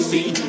See